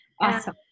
Awesome